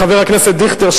חבר הכנסת דיכטר,